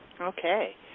okay